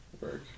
work